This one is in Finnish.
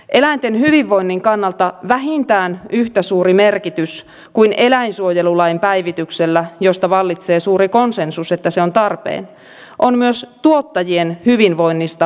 eläinten hyvinvoinnin kannalta vähintään yhtä suuri merkitys kuin eläinsuojelulain päivityksellä josta vallitsee suuri konsensus että se on tarpeen on myös tuottajien hyvinvoinnista huolehtimisella